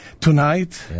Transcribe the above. tonight